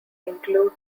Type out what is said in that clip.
include